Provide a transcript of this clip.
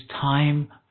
time